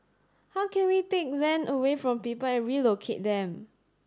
how can we take land away from people and relocate them